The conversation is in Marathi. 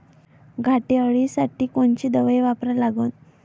घाटे अळी साठी कोनची दवाई वापरा लागन?